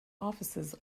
offices